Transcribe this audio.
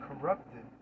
corrupted